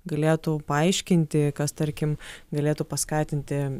galėtų paaiškinti kas tarkim galėtų paskatinti